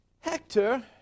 Hector